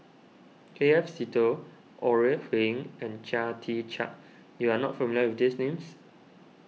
K F Seetoh Ore Huiying and Chia Tee Chiak you are not familiar with these names